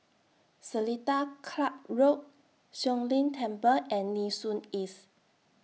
Seletar Club Road Siong Lim Temple and Nee Soon East